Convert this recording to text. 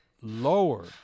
lower